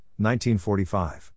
1945